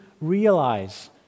realize